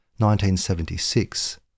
1976